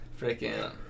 freaking